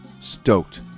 stoked